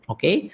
Okay